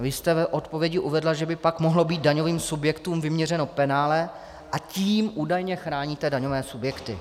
Vy jste v odpovědi uvedla, že by pak mohlo být daňovým subjektům vyměřeno penále, a tím údajně chráníte daňové subjekty.